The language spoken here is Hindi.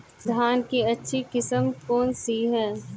धान की अच्छी किस्म कौन सी है?